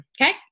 Okay